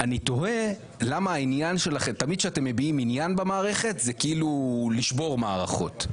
אני תוהה למה תמיד כשאתם מביעים עניין במערכת זה כאילו לשבור מערכות.